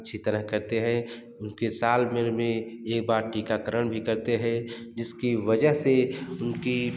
अच्छी तरह करते हैं सालभर में एक बार टीकाकरण भी करते हैं जिसकी वजह से उनकी